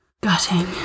Gutting